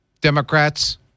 Democrats